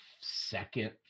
second